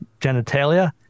genitalia